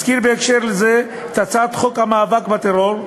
אזכיר בהקשר זה את הצעת חוק המאבק בטרור,